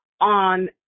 on